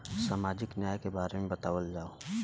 सामाजिक न्याय के बारे में बतावल जाव?